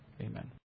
Amen